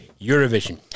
Eurovision